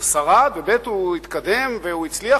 הוא שרד והוא התקדם והצליח,